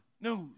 news